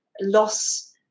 loss